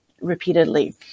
repeatedly